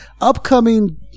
upcoming